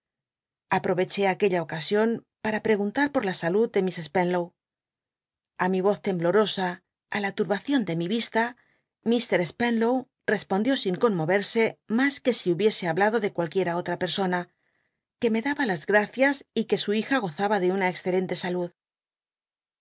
aproveché aquella o ocasion para l l guntar por la salud de miss spenlow á mi roz temblorosa á la turbacion de mi vista k spenlow respondió sin conmove se mas que si hubiese hablado de cualquiera otra persona que me daba las gl'acias y que su hija go'zaba de una excelente salud